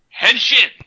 Henshin